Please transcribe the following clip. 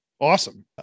Awesome